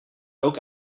ook